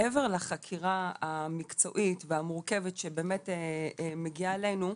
מעבר לחקירה המקצועית והמורכבת שבאמת מגיעה אלינו,